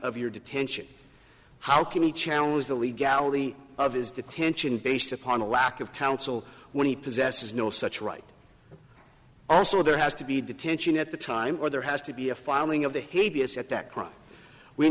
of your detention how can you challenge the legality of his detention based upon a lack of counsel when he possesses no such right also there has to be detention at the time or there has to be a filing of the hague b s at that crime we